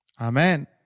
Amen